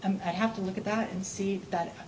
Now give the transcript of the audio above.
and i have to look at that and see that